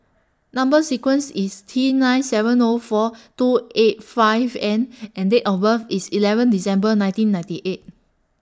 Number sequence IS T nine seven O four two eight five N and Date of birth IS eleven December nineteen ninety eight